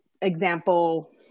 example